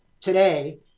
today